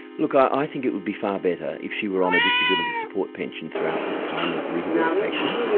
look, i think it would be far better if she were on a disability support pension throughout this time of rehabilitation.